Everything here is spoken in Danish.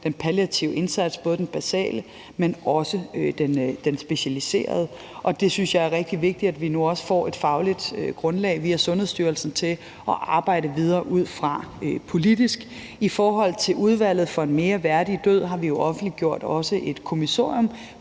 den palliative indsats, både den basale, men også den specialiserede. Og jeg synes, det er rigtig vigtigt, at vi nu også får et fagligt grundlag via Sundhedsstyrelsen at arbejde videre ud fra politisk. I forhold til udvalget for en mere værdig død har vi jo også offentliggjort et kommissorium